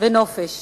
ונופש